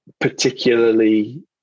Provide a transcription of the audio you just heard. particularly